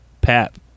Pap